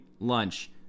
Lunch